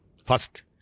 First